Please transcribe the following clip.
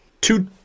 Two